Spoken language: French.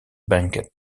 banquet